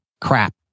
crap